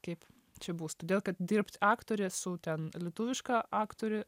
kaip čia bus todėl kad dirbt aktorė su ten lietuviška aktoriu